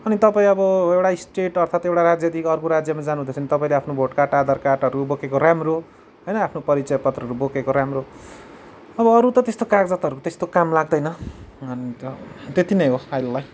अनि तपाईँ अब एउटा स्टेट अर्थात् एउटा राज्यदेखि अर्को राज्यमा जानुहुँदैछ भने तपाईँले आफ्नो भोट कार्ड आधार कार्डहरू बोकेको राम्रो होइन आफ्नो परिचय पत्रहरू बोकेको राम्रो अब अरू त त्यस्तो कागजातहरूको त्यस्तो काम लाग्दैन अन्त त्यति नै हो अहिलेलाई